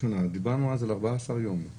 דיברנו אז על 14 ימים.